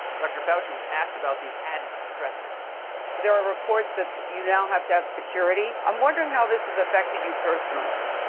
dr. fauci was asked about these added stressors there are reports that you now have to have security. i'm wondering how this has affected you personally.